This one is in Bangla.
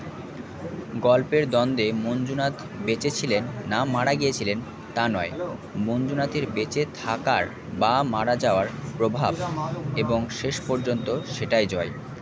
গল্পের দ্বন্দ্বে মঞ্জুনাথ বেঁচে ছিলেন না মারা গিয়েছিলেন তা নয় মঞ্জুনাথের বেঁচে থাকার বা মারা যাওয়ার প্রভাব এবং শেষ পর্যন্ত সেটায় জয়